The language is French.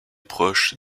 proches